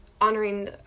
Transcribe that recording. honoring